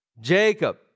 Jacob